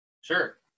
Sure